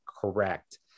correct